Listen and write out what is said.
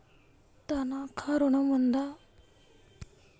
తనఖా ఋణం ఉందా?